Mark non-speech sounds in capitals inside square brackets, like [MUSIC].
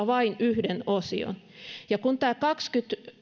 [UNINTELLIGIBLE] vain yhden osion ja kun tämä kaksikymmentä